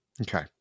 Okay